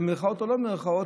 במירכאות או לא במירכאות,